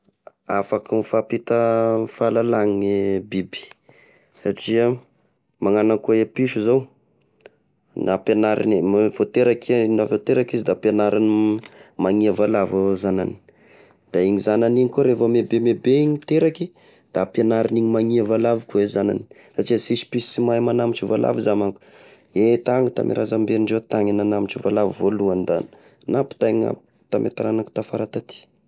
Afaky mifampita fahalane gne biby satria magnano akoa e piso gn'ampianar- vao teraky vao teraka izy da ampianariny magnia valavo zagnany, da igny zagnany igny koa refa mebe mebe igny miteraky da ampignarin'igny magnia valavo koa e zagnany satria sisy piso sy mahay magnambotry valavo za manko e tagny tame razambendreo tany e nagnambotry valavo voalohany da nampitaigny tame taranaky tafara taty.